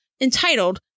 entitled